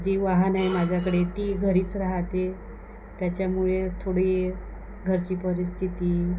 जी वाहन आहे माझ्याकडे ती घरीच रहाते त्याच्यामुळे थोडी घरची परिस्थिती